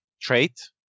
trait